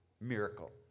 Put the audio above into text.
Miracle